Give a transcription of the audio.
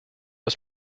ist